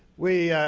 we